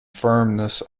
firmness